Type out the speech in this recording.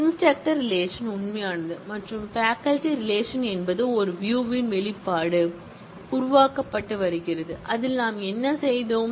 instructor relation உண்மையானது மற்றும் faculty relation என்பது ஒரு வியூ வெளிப்பாடு உருவாக்கப்பட்டு வருகிறது அதில் நாம் என்ன செய்தோம்